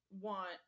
want